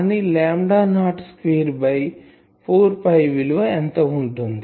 కానీ lambda naught square by 4 PIవిలువ ఎంత వుంటుంది